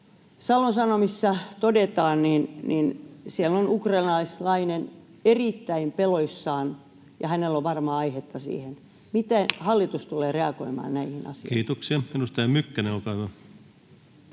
Seudun Sanomissa todetaan, siellä on ukrainaisnainen erittäin peloissaan, ja hänellä on varmaan aihetta siihen. Miten hallitus tulee reagoimaan näihin asioihin? Kiitoksia. — Edustaja Mykkänen, olkaa hyvä.